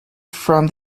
from